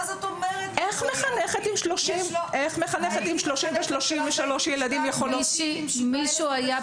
מה זאת אומרת --- איך מחנכת עם 33 ילדים יכולה --- הייתי מחנכת